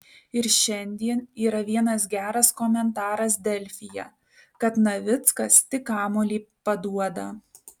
ir šiandien yra vienas geras komentaras delfyje kad navickas tik kamuolį paduoda